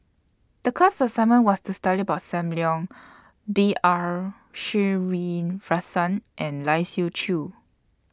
The class assignment was to study about SAM Leong B R Sreenivasan and Lai Siu Chiu